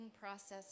process